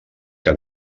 que